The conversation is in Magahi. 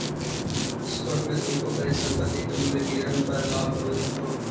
शॉर्ट में तुमको परिसंपत्ति के मूल्य गिरन पर लाभ होईतो